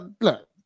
Look